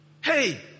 Hey